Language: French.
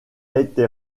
été